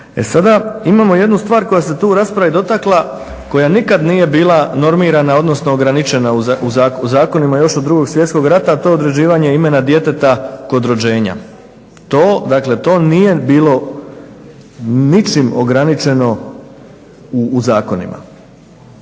sada, imamo jednu stvar koja se tu u raspravi dotakla koja nikad nije bila normirana, odnosno ograničena u zakonima još od 2. svjetskog rata, a to je određivanje imena djeteta kod rođenja. To nije bilo ničim ograničeno u zakonima.